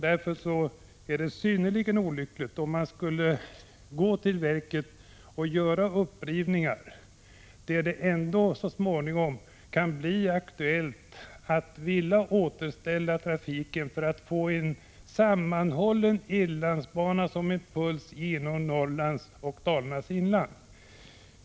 Det vore synnerligen olyckligt om man skulle gå till verket och göra upprivningar där det så småningom kan bli aktuellt att återställa trafiken för att få en sammanhållen inlandsbana som en puls genom Norrlands och Dalarnas inland.